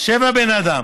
יושב הבן אדם